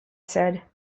said